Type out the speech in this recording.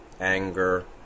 anger